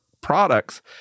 products